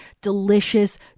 delicious